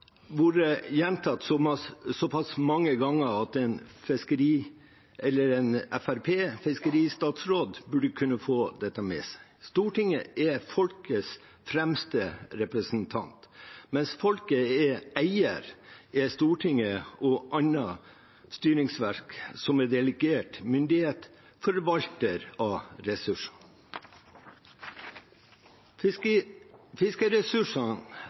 gjentatt såpass mange ganger at en Fremskrittsparti-fiskeristatsråd burde kunne få det med seg. Stortinget er folkets fremste representanter. Mens folket er eier, er Stortinget og annet styringsverk som er delegert myndighet, forvalter av